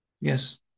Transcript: yes